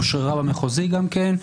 אושררה במחוזי גם כן,